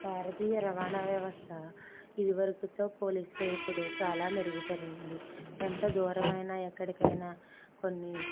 భారతీయ రవాణా వ్యవస్థ ఇదివరకుతో పోలిస్తే ఇప్పుడు చాలా మెరుగుపడింది ఎంత దూరమైనా ఎక్కడికైనా కొన్ని